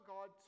God